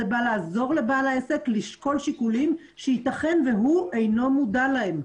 זה בא לעזור לבעל העסק לשקול שיקולים שיתכן והוא אינו מודע להם.